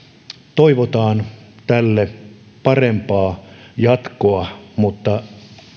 toivotaan tälle parempaa jatkoa mutta